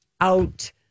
out